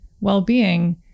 well-being